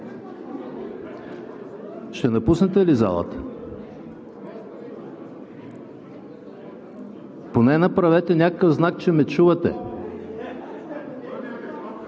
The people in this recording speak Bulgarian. Ще напуснете ли залата? Поне направете някакъв знак, че ме чувате.